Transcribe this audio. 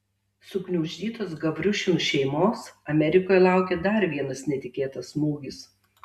sugniuždytos gavriušinų šeimos amerikoje laukė dar vienas netikėtas smūgis